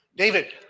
David